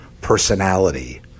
personality